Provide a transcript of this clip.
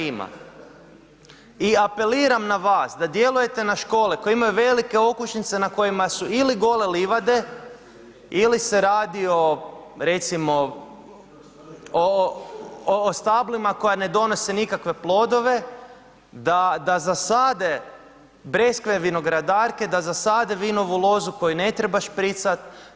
I apeliram na vas da djelujete na škole koje imaju velike okućnice na kojima su ili gole livade ili se radi o recimo o stablima koja ne donose nikakve plodove da zasade breskve vinogradarke, da zasade vinovu lozu koju ne treba špricat.